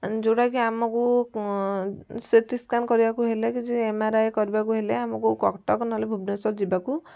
ଯେଉଁଟା କି ଆମକୁ ସି ଟି ସ୍କାନ୍ କରିବାକୁ ହେଲେ କିଛି ଏମ୍ ଆର୍ ଆଇ କରିବାକୁ ହେଲେ ଆମକୁ କଟକ ନହେଲେ ଭୁବନେଶ୍ୱର ଯିବାକୁ